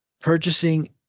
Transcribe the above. purchasing